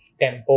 tempo